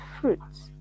fruits